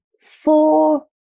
four